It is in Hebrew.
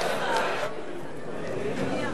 תודה רבה.